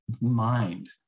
mind